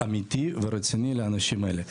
אמיתי ורציני לאנשים האלה,